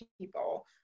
people